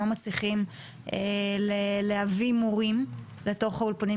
לא מצליחים להביא מורים לתוך האולפנים,